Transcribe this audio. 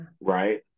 right